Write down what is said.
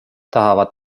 tahavad